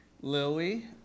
Lily